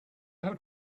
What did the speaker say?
have